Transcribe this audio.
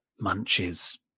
Munches